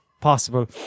possible